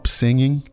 singing